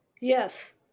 Yes